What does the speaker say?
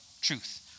truth